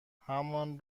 همان